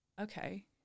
okay